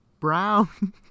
brown